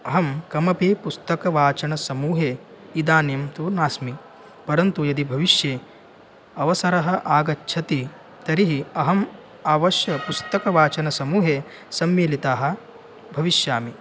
अहं कमपि पुस्तकवाचनसमूहे इदानीं तु नास्मि परन्तु यदि भविष्ये अवसरः आगच्छति तर्हि अहम् अवश्यं पुस्तकवाचनसमूहे सम्मिलितः भविष्यामि